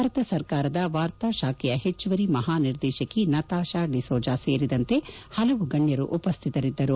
ಭಾರತ ಸರ್ಕಾರದ ವಾರ್ತಾ ಶಾಖೆಯ ಹೆಚ್ಚುವರಿ ಮಹಾ ನಿರ್ದೇಶಕಿ ನತಾಶಾ ಡಿಸೋಜಾ ಸೇರಿದಂತೆ ಹಲವು ಗಣ್ದರು ಉಪಸ್ಥಿತರಿದ್ದರು